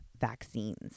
vaccines